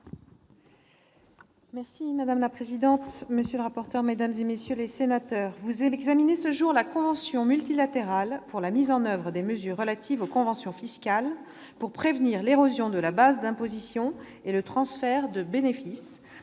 Madame la présidente, monsieur le rapporteur, mesdames, messieurs les sénateurs, vous examinez aujourd'hui la convention multilatérale pour la mise en oeuvre des mesures relatives aux conventions fiscales pour prévenir l'érosion de la base d'imposition et le transfert de bénéfices.